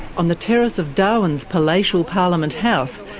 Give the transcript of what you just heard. on the terrace of darwin's palatial parliament house,